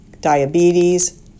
diabetes